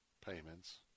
payments